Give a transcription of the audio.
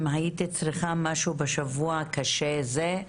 אם הייתי צריכה משהו בשבוע קשה זה,